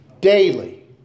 daily